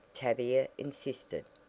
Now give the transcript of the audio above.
tavia insisted.